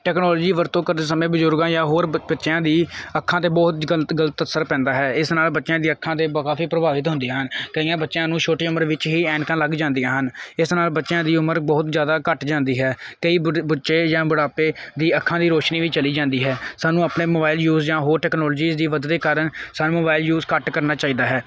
technology ਵਰਤੋਂ ਕਰਦੇ ਸਮੇਂ ਬਜ਼ੁਰਗਾਂ ਜਾਂ ਹੋਰ ਬ ਬੱਚਿਆਂ ਦੀ ਅੱਖਾਂ 'ਤੇ ਬਹੁਤ ਗਲਤ ਗਲਤ ਅਸਰ ਪੈਂਦਾ ਹੈ ਇਸ ਨਾਲ ਬੱਚਿਆਂ ਦੀ ਅੱਖਾਂ ਦੇ ਕਾਫ਼ੀ ਪ੍ਰਭਾਵਿਤ ਹੁੰਦੀਆਂ ਹਨ ਕਈਆਂ ਬੱਚਿਆਂ ਨੂੰ ਛੋਟੀ ਉਮਰ ਵਿੱਚ ਹੀ ਐਨਕਾਂ ਲੱਗ ਜਾਂਦੀਆਂ ਹਨ ਇਸ ਨਾਲ ਬੱਚਿਆਂ ਦੀ ਉਮਰ ਬਹੁਤ ਜ਼ਿਆਦਾ ਘੱਟ ਜਾਂਦੀ ਹੈ ਕਈ ਬੁੱਢ ਬੱਚੇ ਜਾਂ ਬੁਢਾਪੇ ਦੀ ਅੱਖਾਂ ਦੀ ਰੋਸ਼ਨੀ ਵੀ ਚਲੀ ਜਾਂਦੀ ਹੈ ਸਾਨੂੰ ਆਪਣੇ ਮੋਬਾਈਲ ਯੂਜ਼ ਜਾਂ ਹੋਰ ਟੈਕਨੋਲਜੀ ਦੀ ਵੱਧਦੇ ਕਾਰਨ ਸਾਨੂੰ ਮੋਬਾਈਲ ਯੂਜ ਘੱਟ ਕਰਨਾ ਚਾਹੀਦਾ ਹੈ